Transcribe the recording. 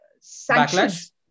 sanctions